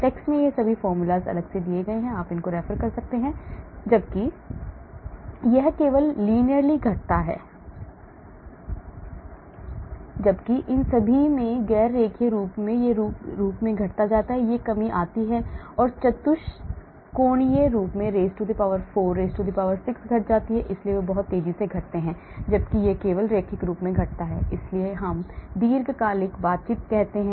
Charge charge 1r charge dipole 1r2 dipole dipole 1r3 dipole quadrupole 1r 4 charge induced dipole 1r 4 dipole induced dipole 1r 6 जबकि यह केवल linearly घटता है जबकि इन सभी में ग़ैर रेखीय रूप यह रूप से घटते हैं से कमी आती है चतुष्कोणीय रूप से raise to the power 4 raise to the power 6 घट जाती है इसलिए वे बहुत तेज़ी से घटते हैं जबकि यह केवल रैखिक रूप से घटता है इसलिए हम दीर्घकालिक बातचीत कहते हैं